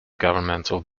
governmental